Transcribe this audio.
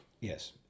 Yes